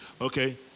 Okay